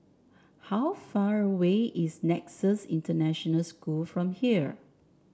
how far away is Nexus International School from here